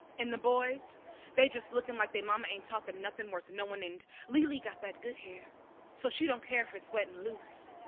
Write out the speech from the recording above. and the boys they just lookin' like they mama ain't taught them nothin' worth knowin'. and lily got that good hair so she don't care if it's wet and loose,